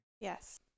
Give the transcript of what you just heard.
yes